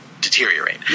deteriorate